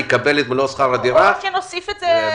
יקבל את מלוא שכר הדירה במהלך שנת 2021. או שנוסיף לשירות